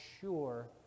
sure